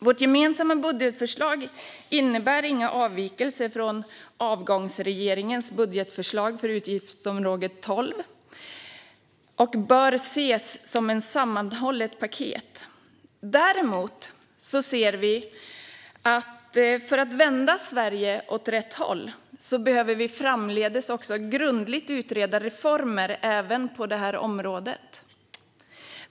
Vårt gemensamma budgetförslag innebär inga avvikelser från övergångsregeringens, eller den avgående regeringens, budgetförslag för utgiftsområde 12. Det bör ses som ett sammanhållet paket. Däremot ser vi att för att vända Sverige åt rätt håll behöver vi framdeles grundligt utreda reformer även på detta område.